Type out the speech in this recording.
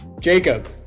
Jacob